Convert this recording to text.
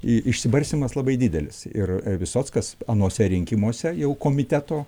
išsibarstymas labai didelis ir visockas anuose rinkimuose jau komiteto